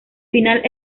final